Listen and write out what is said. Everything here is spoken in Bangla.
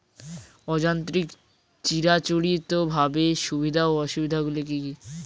অযান্ত্রিক চিরাচরিতভাবে সুবিধা ও অসুবিধা গুলি কি কি?